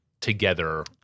together